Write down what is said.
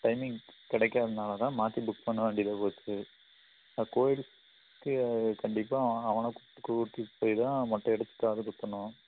timing கிடைக்காதனால தான் மாற்றி புக் பண்ண வேண்டியதாக போச்சு ஆ கோயிலுக்கு கண்டிப்பாக அவனை கூட்டிட்டு போய் தான் மொட்டை அடித்து காது குத்தணும்